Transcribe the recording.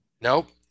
Nope